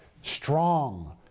strong